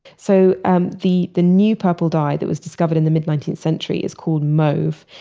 so um the the new purple dye that was discovered in the mid nineteenth century is called mauve.